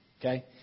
Okay